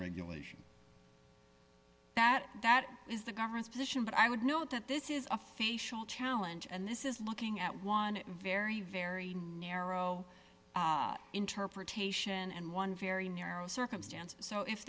regulation that that is the government's position but i would note that this is a facial challenge and this is looking at one very very narrow interpretation and one very narrow circumstance so if